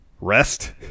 rest